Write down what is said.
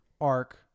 arc